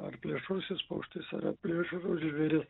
ar plėšrusis paukštis ar plėšrus žvėris